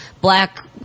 black